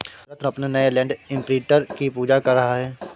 रत्न अपने नए land imprinter की पूजा कर रहा है